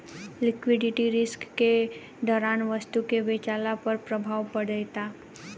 liquidity risk के दौरान वस्तु के बेचला पर प्रभाव पड़ेता